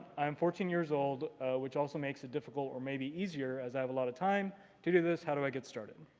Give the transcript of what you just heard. i am fourteen years old which also makes it difficult, or maybe easier as i have a lot of time to do this. how do i get started?